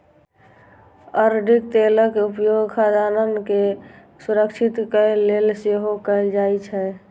अरंडीक तेलक उपयोग खाद्यान्न के संरक्षित करै लेल सेहो कैल जाइ छै